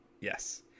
Yes